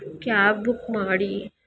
cab book ಮಾಡಿ